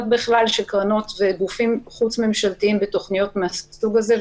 בכלל של קרנות וגופים חוץ-ממשלתיים בתכניות מהסוג הזה.